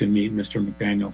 can meet mister mcdaniel